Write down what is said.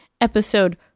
episode